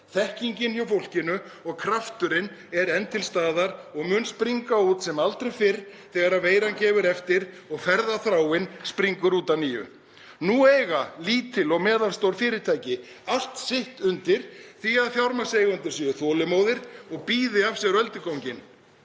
Þekkingin hjá fólkinu og krafturinn er enn til staðar og mun springa út sem aldrei fyrr þegar veiran gefur eftir og ferðaþráin springur út að nýju. Nú eiga lítil og meðalstór fyrirtæki allt sitt undir því að fjármagnseigendur séu þolinmóðir og bíði af sér ölduganginn.